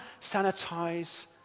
sanitize